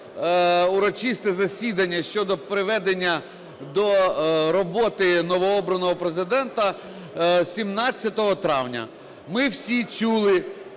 урочисте засідання щодо приведення до роботи новообраного Президента 17 травня. Ми всі чули